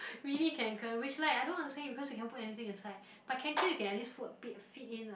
mini Kanken which like I don't understand because you cannot put anything inside but Kanken you can at least put a bit fit in a